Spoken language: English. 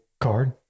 card